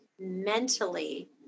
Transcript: mentally